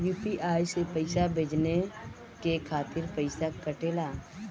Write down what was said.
UPI से पइसा भेजने के खातिर पईसा कटेला?